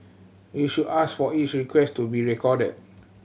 you should ask for each request to be recorded